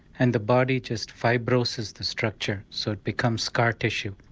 and the body just fibrosis the structure so it becomes scar tissue.